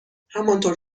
همانطور